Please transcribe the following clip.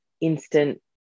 instant